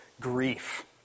grief